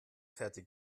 fertig